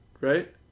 Right